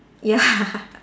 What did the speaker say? ya